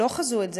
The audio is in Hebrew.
לא חזו את זה.